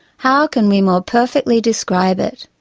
how can we more perfectly describe it?